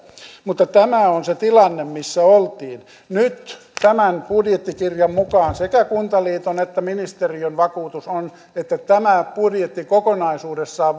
mutta tämä on se tilanne missä oltiin nyt tämän budjettikirjan mukaan sekä kuntaliiton että ministeriön vakuutus on että tämä budjetti kokonaisuudessaan